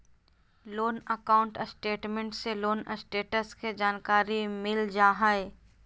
loan account statement से loan status के जानकारी मिल जा हय